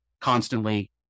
constantly